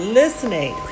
listening